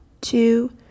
two